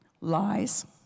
Lies